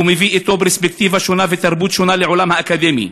הוא מביא אתו פרספקטיבה שונה ותרבות שונה לעולם האקדמי.